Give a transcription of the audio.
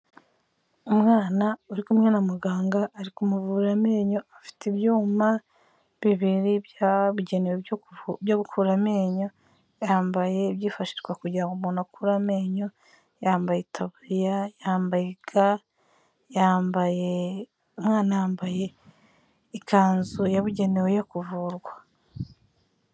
Umwana uri kumwe na muganga, ari kumuvura amenyo, afite ibyuma bibiri byabugenewe byo gukura amenyo, yambaye ibyifashishwa kugira ngo umuntu akure amenyo, yambaye itaburiya, yambaye ga, yambaye umwana yambaye ikanzu yabugenewe yo kuvurwa.